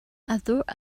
although